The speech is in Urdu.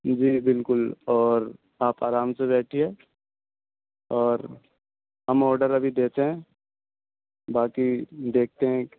جی بالکل اور آپ آرام سے بیٹھیے اور ہم آرڈر ابھی دیتے ہیں باقی دیکھتے ہیں